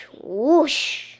whoosh